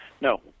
No